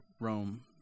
Rome